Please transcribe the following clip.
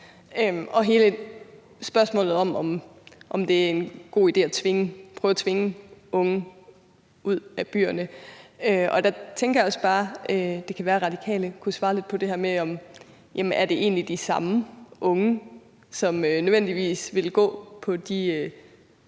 og hele spørgsmålet om, om det er en god idé at prøve at tvinge unge ud af byerne. Der tænker jeg også bare, at det kunne være, at De Radikale kunne svare lidt på det her med, om det egentlig er de samme unge, som nødvendigvis vil gå på de